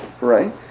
right